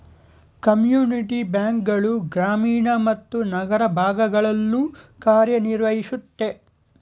community bank ಗಳು ಗ್ರಾಮೀಣ ಮತ್ತು ನಗರ ಭಾಗಗಳಲ್ಲೂ ಕಾರ್ಯನಿರ್ವಹಿಸುತ್ತೆ